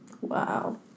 Wow